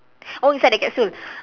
oh inside the capsule